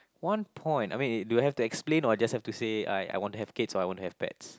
one point I mean do I have to explain or I just have to say I I want to have kids or I want to have pets